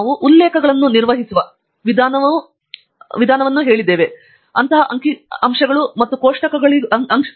ನಾವು ಉಲ್ಲೇಖಗಳನ್ನು ನಿರ್ವಹಿಸುವ ವಿಧಾನವೂ ಸಹ ಅಂಕಿಅಂಶಗಳು ಮತ್ತು ಕೋಷ್ಟಕಗಳಿಗೆ ಅನ್ವಯವಾಗುತ್ತದೆ